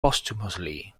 posthumously